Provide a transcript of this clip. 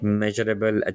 measurable